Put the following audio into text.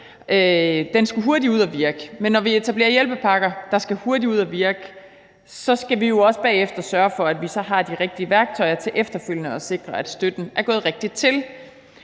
Den skulle hurtigt ud at virke. Men når vi etablerer hjælpepakker, der skal hurtigt ud at virke, skal vi også bagefter sørge for, at vi så har de rigtige værktøjer til efterfølgende at sikre, at støtten er gået rigtigt til